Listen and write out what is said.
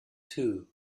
too